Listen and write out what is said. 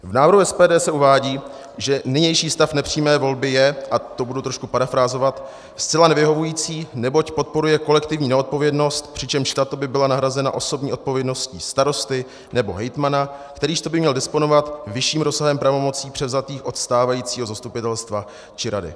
V návrhu SPD se uvádí, že nynější stav nepřímé volby je, a to budu trošku parafrázovat, zcela nevyhovující, neboť podporuje kolektivní neodpovědnost, přičemž tato by byla nahrazena osobní odpovědností starosty nebo hejtmana, kterýžto by měl disponovat vyšším rozsahem pravomocí převzatých od stávajícího zastupitelstva či rady.